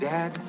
Dad